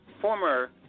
former